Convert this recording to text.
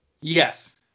Yes